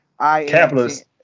Capitalist